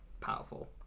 powerful